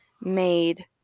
made